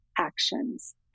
Actions